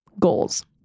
goals